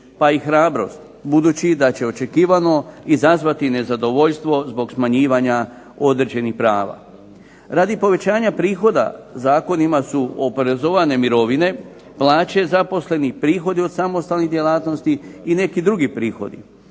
pa i hrabrost, budući da će očekivano izazvati nezadovoljstvo zbog smanjivanja određenih prava. Radi povećanja prihoda zakonima su oporezovane mirovine, plaće zaposlenih, prihodi od samostalnih djelatnosti i neki drugi prihodi.